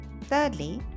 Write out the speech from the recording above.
Thirdly